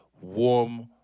warm